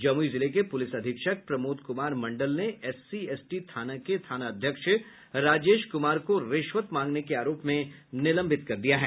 जमुई जिले के पुलिस अधीक्षक प्रमोद कुमार मंडल ने एसीएसटी थाना के थानाध्यक्ष राजेश कुमार को रिश्वत मांगने के आरोप में निलंबित कर दिया है